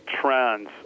trends